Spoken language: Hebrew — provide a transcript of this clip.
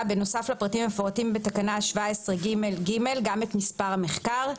בנוסף לפרטים המפורטים בתקנה 17ג(ג) גם את מספר המחקר,